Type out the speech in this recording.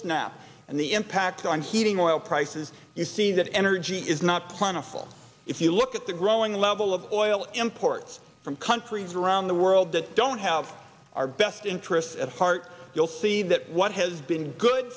snap and the impact on heating oil prices you see that energy is not plentiful if you look at the growing level of oil imports from countries around the world that don't have our best interests at heart you'll see that what has been good